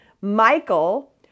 Michael